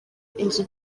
inzu